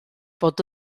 bod